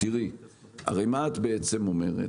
הרי מה את בעצם אומרת?